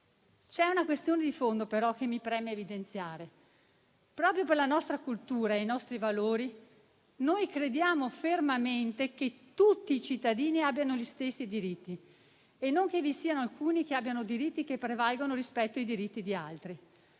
C'è una questione di fondo, però, che mi preme evidenziare. Proprio per la nostra cultura e i nostri valori, crediamo fermamente che tutti i cittadini abbiano gli stessi diritti e non che vi siano alcuni che abbiano diritti che prevalgano rispetto ai diritti di altri.